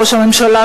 ראש הממשלה,